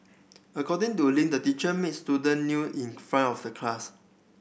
according to Ling the teacher made student new in front of the class